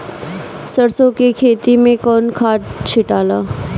सरसो के खेती मे कौन खाद छिटाला?